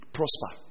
prosper